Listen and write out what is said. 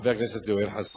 חבר הכנסת יואל חסון,